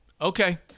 Okay